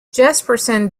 jespersen